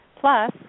plus